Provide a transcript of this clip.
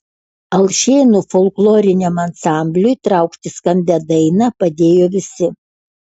alšėnų folkloriniam ansambliui traukti skambią dainą padėjo visi